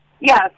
Yes